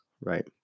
right